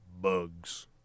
Bugs